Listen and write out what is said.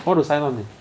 want to sign on eh